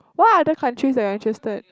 what other countries that you're interested